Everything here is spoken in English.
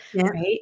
right